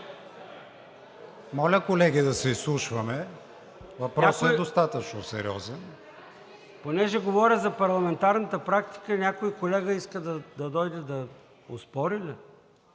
Моля, колеги, да се изслушваме! Въпросът е достатъчно сериозен! ЙОРДАН ЦОНЕВ: Понеже говоря за парламентарната практика, някой колега иска да дойде да оспори ли?